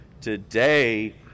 today